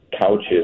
couches